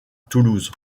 toulouse